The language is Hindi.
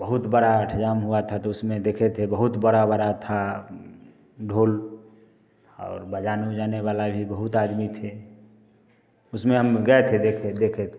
बहुत बड़ा इंतज़ाम हुआ था तो उसमें देखे थे बहुत बड़ा बड़ा था ढोल और बजाने उजाने वाला भी बहुत आदमी थे उसमें हम गए थे देख देखे थे